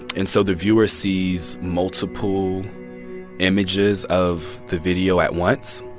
and so the viewer sees multiple images of the video at once.